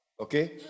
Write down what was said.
Okay